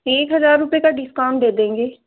एक हज़ार रुपये का डिस्काउंट दे देंगे